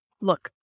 look